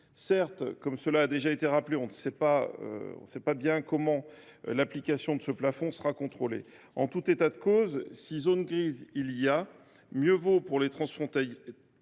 Certes, comme cela a déjà été rappelé, on ne sait pas bien comment l’application de ce plafond sera contrôlée. En tout état de cause, s’il peut y avoir une zone grise, mieux vaut pour les transfrontaliers